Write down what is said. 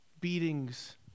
beatings